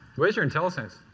where is your and telesense?